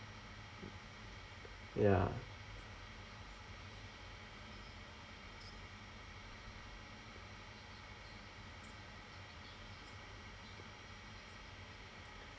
ya